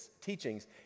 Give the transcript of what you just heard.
teachings